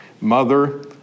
Mother